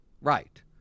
Right